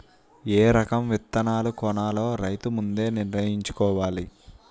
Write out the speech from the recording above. ఏ రకం విత్తనాలు కొనాలో రైతు ముందే నిర్ణయించుకోవాల